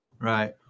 Right